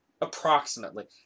Approximately